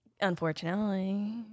Unfortunately